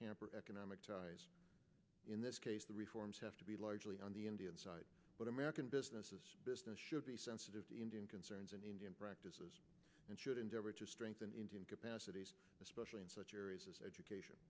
hamper economic ties in this case the reforms have to be largely on the indian side but american businesses business should be sensitive to indian concerns and indian practices and should endeavor to strengthen indian capacities especially in such areas as education